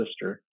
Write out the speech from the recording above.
sister